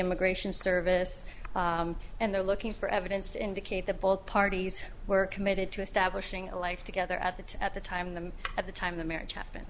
immigration service and they're looking for evidence to indicate that both parties were committed to establishing a life together at the at the time them at the time of the marriage happen